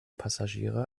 passagiere